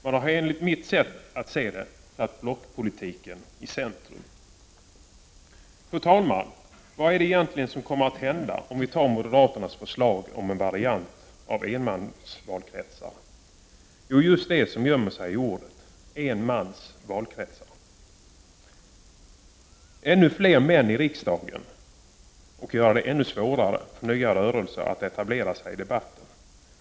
Man har, enligt mitt sätt att se, satt blockpolitiken i centrum. Fru talman! Vad är det egentligen som kommer att hända om vi antar moderaternas förslag om en variant av enmansvalkretsar? Jo, just det som gömmer sig i ordet: en mans valkretsar — ännu fler män i riksdagen och ännu svårare för nya rörelser att etablera sig i debatten.